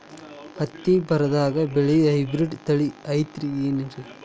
ಹತ್ತಿ ಬರದಾಗ ಬೆಳೆಯೋ ಹೈಬ್ರಿಡ್ ತಳಿ ಐತಿ ಏನ್ರಿ?